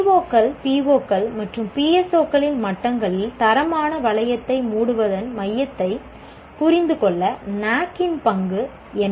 CO கள் PO கள் மற்றும் PSO களின் மட்டங்களில் தரமான வளையத்தை மூடுவதன் மையத்தை புரிந்து கொள்ள NAAC இன் பங்கு என்ன